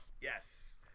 Yes